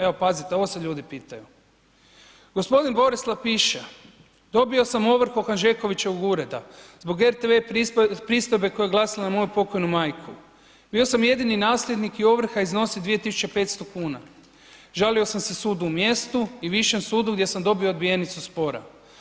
Evo, pazite, ovo se ljudi pitaju. g. Borislav piše, dobio sam ovrhu od Hanžekovićevog ureda zbog RTV pristojbe koja je glasila na moju pokojnu majku, bio sam jedini nasljednik i ovrha iznosi 2.500,00 kn, žalio sam se sudu u mjestu i višem sudu gdje sam dobio odbijenicu spora.